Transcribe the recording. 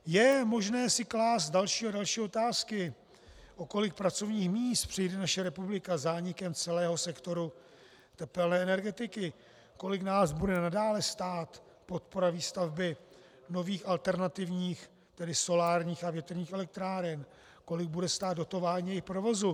Je možné si klást další a další otázky, o kolik pracovních míst přijde naše republika zánikem celého sektoru tepelné energetiky, kolik nás bude nadále stát podpora výstavby nových alternativních, tedy solárních a větrných elektráren, kolik bude stát dotování jejich provozu.